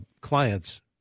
clients